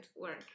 work